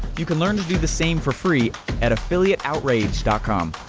you can learn to do the same for free at affiliateoutrage com.